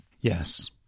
Yes